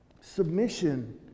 submission